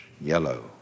yellow